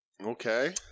okay